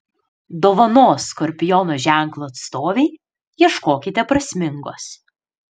dovanos skorpiono ženklo atstovei ieškokite prasmingos